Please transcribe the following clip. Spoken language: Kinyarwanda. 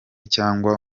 cyangwa